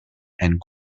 and